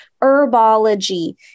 herbology